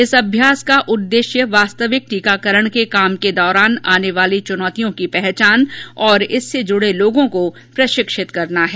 इस अभ्यास का उद्देश्य वास्तविक टीकाकरण के काम के दौरान आने वाली चुनौतियों की पहचान तथा इससे जुडे लोगों को प्रशिक्षित करना है